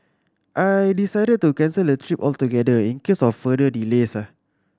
I decided to cancel the trip altogether in case of further delays